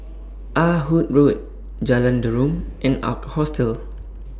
Ah Hood Road Jalan Derum and Ark Hostel